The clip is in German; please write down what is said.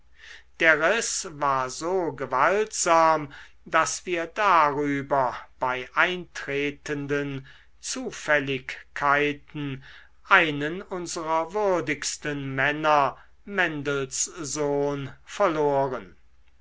der riß war so gewaltsam daß wir darüber bei eintretenden zufälligkeiten einen unserer würdigsten männer mendelssohn verloren